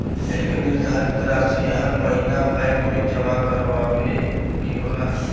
एक निर्धारित रासी हर महीना बैंक मे जमा करावे के होला